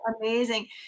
amazing